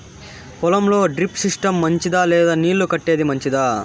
పొలం లో drip system మంచిదా లేదా నీళ్లు కట్టేది మంచిదా?